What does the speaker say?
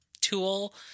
tool